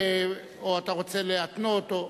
או אתה רוצה להתנות או,